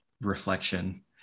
reflection